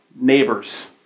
neighbors